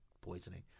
poisoning